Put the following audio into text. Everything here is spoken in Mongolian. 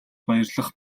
баярлах